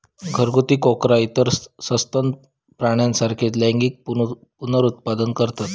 घरगुती कोकरा इतर सस्तन प्राण्यांसारखीच लैंगिक पुनरुत्पादन करतत